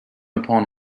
upon